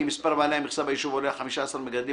אם מספר בעלי המכסה ביישוב עולה על 15 מגדלים,